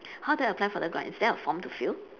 how do I apply for the grant is there a form to fill